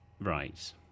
Right